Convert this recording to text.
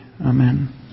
Amen